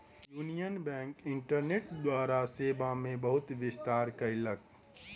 union Bank internet द्वारा सेवा मे बहुत विस्तार कयलक